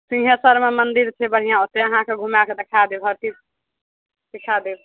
सिंघेश्वरमे मन्दिर छै बढ़िआँ ओतय अहाँके घुमा कऽ देखा देब हर चीज सीखा देब